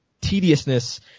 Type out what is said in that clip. tediousness